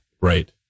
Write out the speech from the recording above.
Right